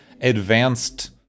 advanced